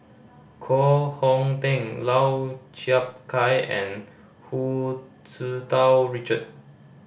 Koh Hong Teng Lau Chiap Khai and Hu Tsu Tau Richard